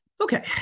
Okay